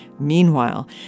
Meanwhile